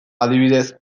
adibidez